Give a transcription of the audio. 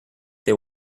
they